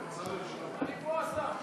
אני פה, השר.